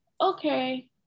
okay